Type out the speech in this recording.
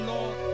Lord